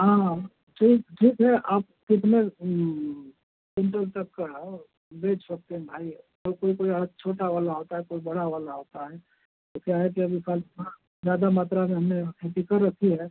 हाँ ठीक ठीक है आप कितने कुंटल तक का बेच सकते हैं भाई और कोई कोई और छोटा वाला होता है कोई बड़ा वाला होता है तो क्या है कि अब इस साल थोड़ा ज्मा त्रा में हमने खेती कर रखी है